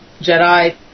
Jedi